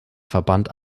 verband